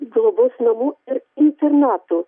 globos namų ir internatų